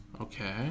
Okay